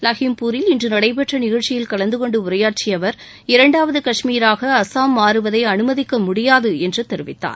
லஹிம்பூரில் இன்று நடைபெற்ற நிகழ்ச்சியில் கலந்து கொண்டு உரையாற்றிய அவர் இரண்டாவது காஷ்மீராக அசாம் மாறுவதை அனுமதிக்க முடியாது என்று தெரிவித்தார்